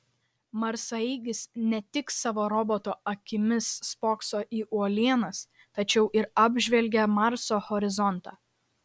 marsaeigis ne tik savo roboto akimis spokso į uolienas tačiau ir apžvelgia marso horizontą